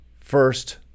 first